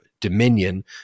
Dominion